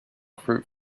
fruit